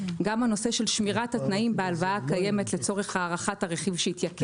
גם הנושא של שמירת התנאים בהלוואה הקיימת לצורך הארכת הרכיב שהתייקר.